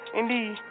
indeed